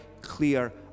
clear